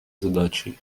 задачей